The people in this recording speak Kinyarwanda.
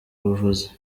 buvuzi